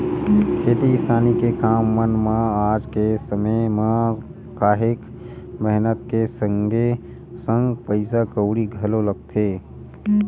खेती किसानी के काम मन म आज के समे म काहेक मेहनत के संगे संग पइसा कउड़ी घलो लगथे